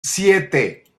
siete